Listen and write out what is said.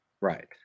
Right